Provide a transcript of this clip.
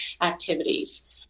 activities